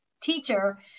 teacher